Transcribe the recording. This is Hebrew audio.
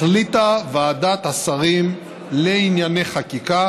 החליטה ועדת השרים לענייני חקיקה